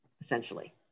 essentially